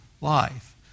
life